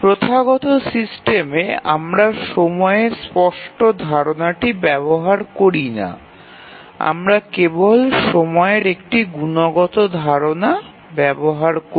প্রথাগত সিস্টেমে আমরা সময়ের স্পষ্ট ধারণাটি ব্যবহার করি না আমরা কেবল সময়ের একটি গুণগত ধারণা ব্যবহার করি